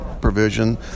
provision